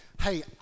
Hey